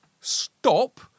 stop